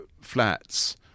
flats